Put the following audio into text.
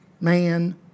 man